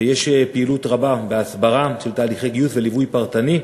ויש פעילות רבה בהסברה של תהליכי גיוס וליווי פרטני.